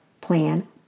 plan